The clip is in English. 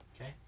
Okay